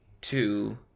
Two